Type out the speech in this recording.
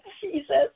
Jesus